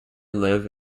live